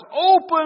Open